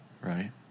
right